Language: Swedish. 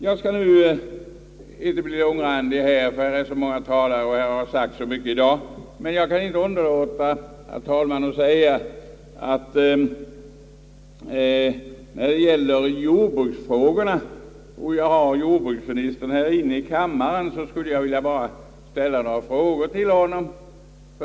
Jag skall inte uppehålla mig vid den saken längre och inte heller i övrigt bli långrandig — det har ju sagts så mycket i dag och så många talare är anmälda. Men, herr talman, när jordbruksministern är inne i kammaren kan jag inte underlåta att ställa några frågor till honom.